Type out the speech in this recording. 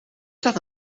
staat